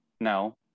no